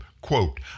quote